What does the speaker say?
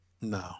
No